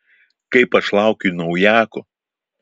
kaip aš laukiu naujako